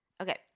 okay